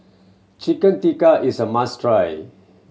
Chicken Tikka is a must try